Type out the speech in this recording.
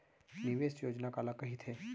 निवेश योजना काला कहिथे?